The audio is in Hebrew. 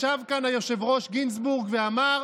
ישב כאן היושב-ראש גינזבורג ואמר: